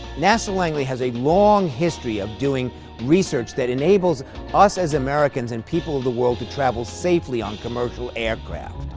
nasa langley has a long history of doing research that enables us as americans and people of the world to travel safely on commercial aircraft,